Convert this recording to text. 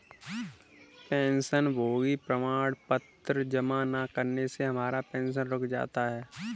पेंशनभोगी प्रमाण पत्र जमा न करने से हमारा पेंशन रुक जाता है